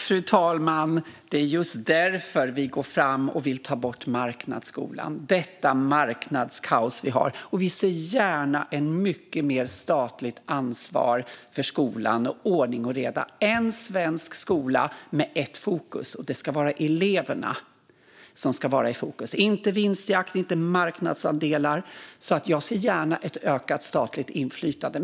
Fru talman! Det är just därför vi går fram och vill ta bort marknadsskolan, detta marknadskaos som vi har. Vi ser gärna mycket mer statligt ansvar för skolan och ordning och reda - en svensk skola med ett fokus. Det är eleverna som ska vara i fokus, inte vinstjakt och inte marknadsandelar, så jag ser gärna ett ökat statligt inflytande.